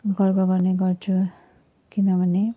गर्व गर्ने गर्छु किनभने